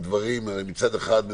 מצד אחד,